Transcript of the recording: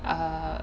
err